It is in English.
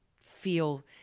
feel